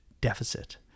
deficit